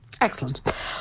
Excellent